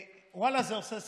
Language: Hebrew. ואללה, זה עושה שכל,